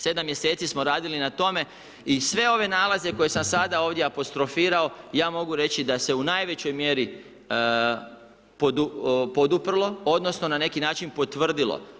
7 mjeseci smo radili na tome i sve ove nalaze koje sam sada ovdje apostrofirao ja mogu reći da se u najvećoj mjeri poduprlo, odnosno na neki način potvrdilo.